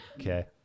Okay